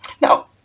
Now